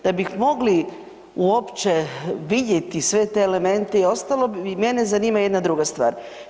Da bih mogli uopće vidjeti sve te elemente i ostalo mene zanima jedna druga stvar.